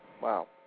Wow